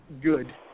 good